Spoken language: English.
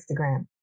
Instagram